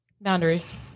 boundaries